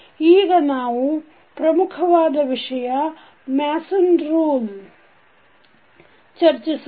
ಈಗ ನಾವು ಪ್ರಮುಖವಾದ ವಿಷಯ ಮ್ಯಾಸನ್ ರೂಲ್ Mason's rule ಚರ್ಚಿಸೋಣ